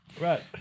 right